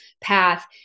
path